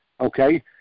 okay